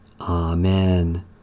Amen